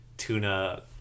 tuna